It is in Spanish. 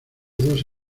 dos